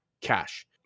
cash